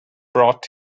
brought